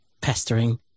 pestering